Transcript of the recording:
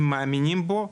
הם מאמינים בו,